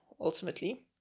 ultimately